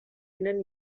tenen